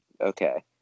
okay